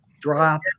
drop